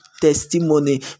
testimony